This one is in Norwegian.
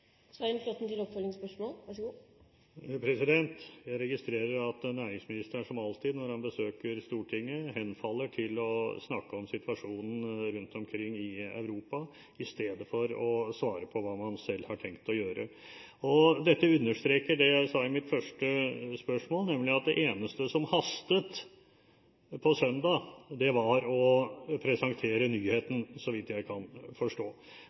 Jeg registrerer at næringsministeren – som alltid når han besøker Stortinget – henfaller til å snakke om situasjonen rundt omkring i Europa, i stedet for å svare hva han selv har tenkt å gjøre. Dette understreker det jeg sa i mitt første spørsmål, nemlig at det eneste som hastet på søndag – så vidt jeg kan forstå – var å presentere nyheten.